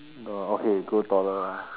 orh okay grow taller lah